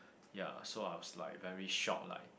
ya so I was like very shock like